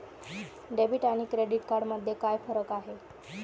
Debit आणि credit card मध्ये काय फरक आहे?